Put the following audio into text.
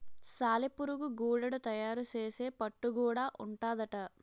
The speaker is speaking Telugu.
సాలెపురుగు గూడడు తయారు సేసే పట్టు గూడా ఉంటాదట